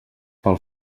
pel